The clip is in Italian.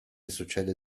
succede